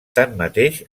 tanmateix